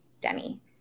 Denny